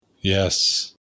Yes